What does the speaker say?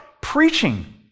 preaching